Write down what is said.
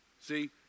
See